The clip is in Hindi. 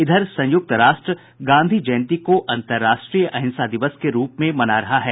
इधर संयुक्त राष्ट्र गांधी जयंती को अंतरराष्ट्रीय अहिंसा दिवस के रूप में मना रहा है